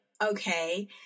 okay